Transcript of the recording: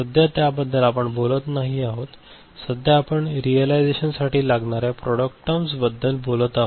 सध्या त्याबद्दल आपण बोलत नाही आहोत सध्या आपण रिअलायझेशन साठी लागणाऱ्या प्रॉडक्ट टर्म्स बद्दल बोलत आहोत